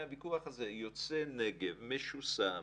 מהוויכוח הזה יוצא נגב משוסע,